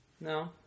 No